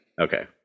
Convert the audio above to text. Okay